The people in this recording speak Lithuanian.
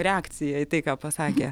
reakcija į tai ką pasakė